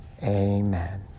Amen